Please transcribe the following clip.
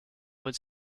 would